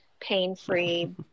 pain-free